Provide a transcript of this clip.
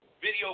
video